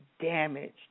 damaged